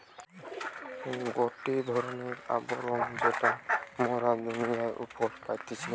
গটে ধরণের আবরণ যেটা মোরা দুনিয়ার উপরে পাইতেছি